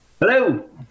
Hello